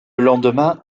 lendemain